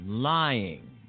lying